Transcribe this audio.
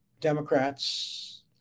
Democrats